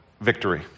victory